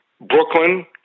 Brooklyn